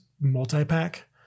multi-pack